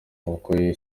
kuko